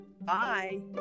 Bye